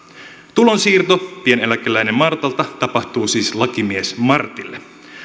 tulonsiirto pieneläkeläinen martalta tapahtuu siis lakimies martille